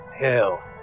Hell